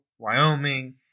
Wyoming